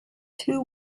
two